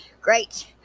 Great